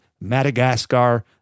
Madagascar